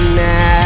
now